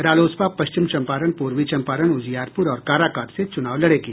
रालोसपा पश्चिम चंपारण पूर्वी चंपारण उजियारपूर और काराकाट से चुनाव लड़ेगी